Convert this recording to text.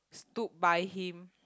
stood by him